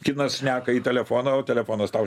kinas šneka į telefoną o telefonas tau